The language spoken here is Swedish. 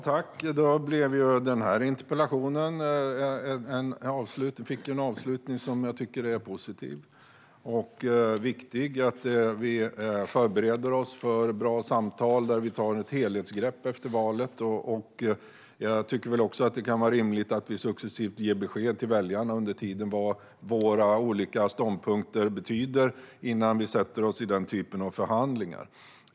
Herr talman! Denna interpellationsdebatt fick en avslutning som jag tycker är positiv. Det är viktigt att vi förbereder oss för bra samtal där vi tar ett helhetsgrepp efter valet. Jag tycker också att det kan vara rimligt att vi under tiden successivt ger besked till väljarna om vad våra olika ståndpunkter betyder, innan vi sätter oss i den typen av förhandlingar.